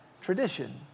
Tradition